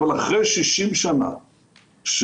אבל אחרי 60 שנה של